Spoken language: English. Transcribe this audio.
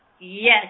Yes